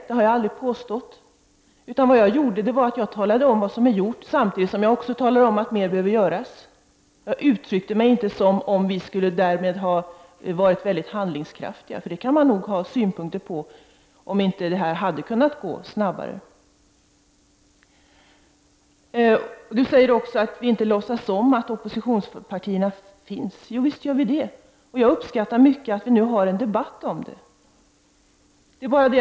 Det har jag aldrig påstått. Jag talade bara om vad som är gjort, samtidigt som jag talade om att mer behöver göras. Jag uttryckte mig inte som om vi därmed skulle ha varit väldigt handlingskraftiga. Man kan nog ha synpunkter på om inte detta kunde ha gått snabbare. Du säger också att vi inte låtsas om att oppositionspartierna finns. Visst gör vi det. Jag uppskattar mycket att vi nu har en debatt om detta.